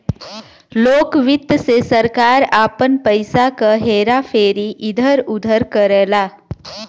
लोक वित्त से सरकार आपन पइसा क हेरा फेरी इधर उधर करला